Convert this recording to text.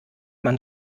man